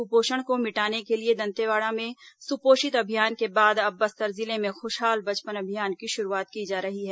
कुपोषण को मिटाने के लिए दंतेवाड़ा में सुपोषित अभियान के बाद अब बस्तर जिले में खुशहाल बचपन अभियान की शुरूआत की जा रही है